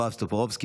בועז טופורובסקי,